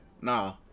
Nah